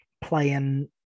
playing